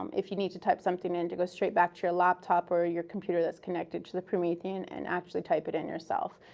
um if you need to type something in, to go straight back to your laptop or your computer that's connected to the promethean and actually type it in yourself.